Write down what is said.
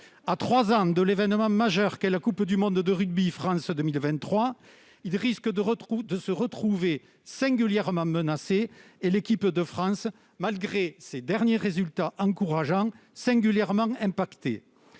À trois ans de l'événement majeur qu'est la Coupe du monde de rugby France 2023, nos clubs risquent de se retrouver singulièrement menacés, et l'équipe de France, malgré ses derniers résultats encourageants, singulièrement affectée.